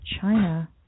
china